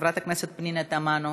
חברת הכנסת פנינה תמנו,